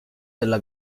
della